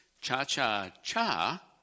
Cha-cha-cha